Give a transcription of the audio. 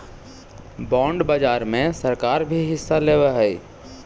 bond बाजार में सरकार भी हिस्सा लेवऽ हई